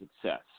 success